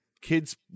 kids